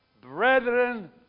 brethren